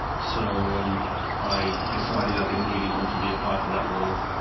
so i decided i didn't really want to be a part of that world.